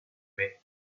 mai